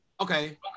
Okay